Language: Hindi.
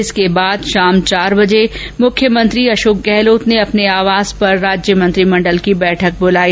इसके बाद शाम चार बजे मुख्यमंत्री अशोक गहलोत ने अपने आवास पर राज्य मंत्रीमंडल की बैठक बुलाई